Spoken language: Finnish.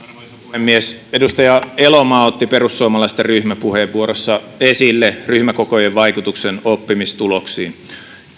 puhemies edustaja elomaa otti perussuomalaisten ryhmäpuheenvuorossa esille ryhmäkokojen vaikutuksen oppimistuloksiin